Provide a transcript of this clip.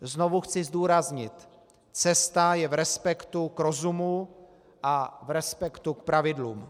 Znovu chci zdůraznit: cesta je v respektu k rozumu a v respektu k pravidlům.